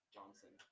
Johnson